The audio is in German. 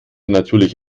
natürlich